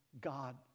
God